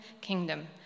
kingdom